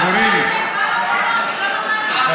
חברים,